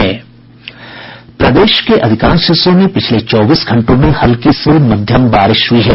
प्रदेश के अधिकांश हिस्सों में पिछले चौबीस घंटों में हल्की से मध्यम बारिश हुई है